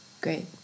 great